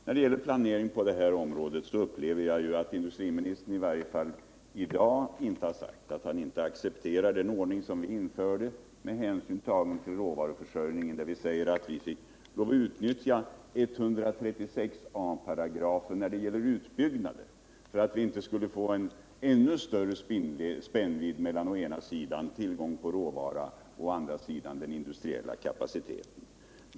När det gäller planeringen på det här området har industriministern i varje fall i dag inte sagt att han inte accepterar den ordning vi införde med hänsyn tagen till råvaruförsörjningen, att vi fick lov att utnyttja 136 a § när det gällde utbyggnaden för att inte få en ännu större spännvidd mellan å ena sidan tillgång på råvara och å andra sidan den industriella kapaciteten.